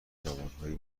جوانهایی